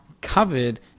covered